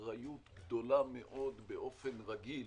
אחריות גדולה מאוד באופן רגיל,